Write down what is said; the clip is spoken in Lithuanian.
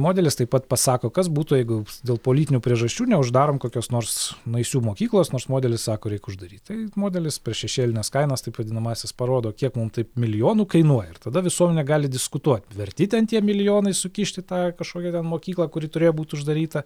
modelis taip pat pasako kas būtų jeigu dėl politinių priežasčių neuždarom kokios nors naisių mokyklos nors modelis sako reik uždaryt tai modelis per šešėlines kainas taip vadinamąsias parodo kiek mum taip milijonų kainuoja ir tada visuomenė gali diskutuot verti ten tie milijonai sukišt į tą kažkokią ten mokyklą kuri turėjo būt uždaryta